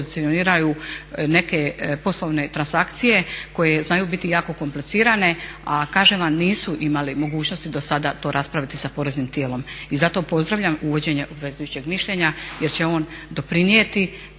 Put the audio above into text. pozicioniraju neke poslovne transakcije koje znaju biti jako komplicirane, a kažem vam nisu imali mogućnosti do sada to raspraviti sa poreznim tijelo. I zato pozdravljam uvođenje obvezujućeg mišljenja jer će on doprinijeti